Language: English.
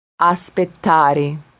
Aspettare